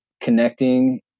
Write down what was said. connecting